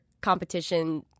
competition